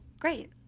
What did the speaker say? great